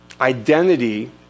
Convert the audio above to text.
Identity